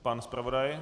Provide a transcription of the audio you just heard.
Pan zpravodaj?